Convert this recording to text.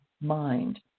mind